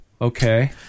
Okay